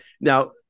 Now